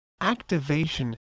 activation